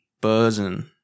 buzzing